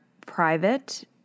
private